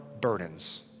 burdens